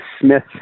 Smith